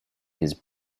his